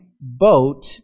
boat